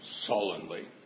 sullenly